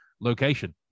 location